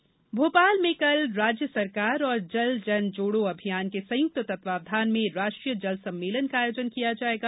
जल सम्मेलन भोपाल में कल राज्य सरकार और जल जन जोड़ो अभियान के संयुक्त तत्वाधान में राष्ट्रीय जल सम्मेलन का आयोजन किया जाएगा